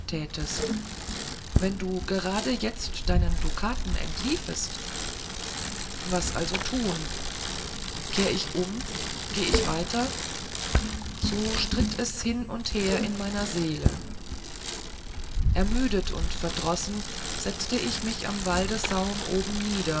tätest wenn du gerade jetzt deinen dukaten entliefst was also tun kehr ich um geh ich weiter so stritt es hin und her in meiner seele ermüdet und verdrossen setzt ich mich am waldsaum oben